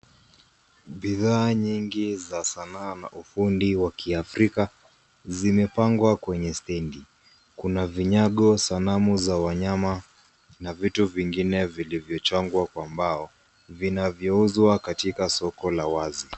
Bidhaa nyingi za sanaa na ufundi wa kiafrika zimepangwa kwenye stendi kuna vinyago sanamu za wanyama na vitu vingine vilivyo chongwa kwa mbao vinavyo uzwa katika soko la wazi.